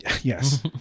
Yes